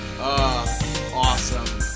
awesome